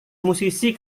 musisi